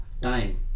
time